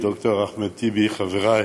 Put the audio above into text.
ד"ר אחמד טיבי, חבריי